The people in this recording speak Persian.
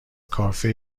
کافه